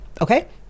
Okay